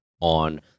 on